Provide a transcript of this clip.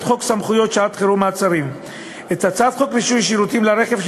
חוק סמכויות שעת-חירום (מעצרים); את הצעת חוק רישוי שירותים לרכב,